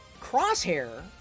Crosshair